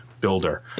builder